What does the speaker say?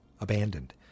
abandoned